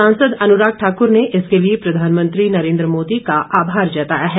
सांसद अनुराग ठाकुर ने इसके लिए प्रधानमंत्री नरेंद्र मोदी का आभार जताया है